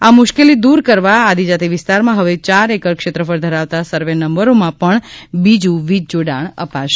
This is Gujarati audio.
આ મુશ્કેલી દૂર કરવા આદિજાતિ વિસ્તાર્રમાં હવે ચાર એકર ક્ષેત્રફળ ધરાવતા સર્વે નંબરોમાં પણ બીજૂં વિજ જોડાણ અપાશે